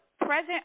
present